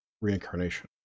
reincarnation